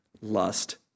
lust